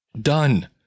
Done